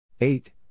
Eight